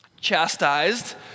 Chastised